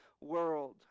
world